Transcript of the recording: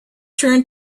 turned